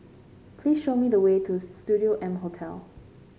please show me the way to Studio M Hotel